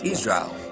Israel